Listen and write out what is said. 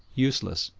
useless,